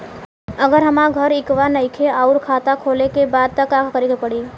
अगर हमार घर इहवा नईखे आउर खाता खोले के बा त का करे के पड़ी?